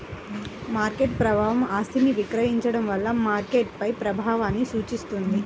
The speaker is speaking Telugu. మార్కెట్ ప్రభావం ఆస్తిని విక్రయించడం వల్ల మార్కెట్పై ప్రభావాన్ని సూచిస్తుంది